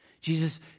Jesus